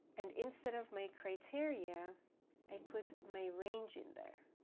and instead of my criteria i put my range in there,